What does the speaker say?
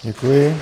Děkuji.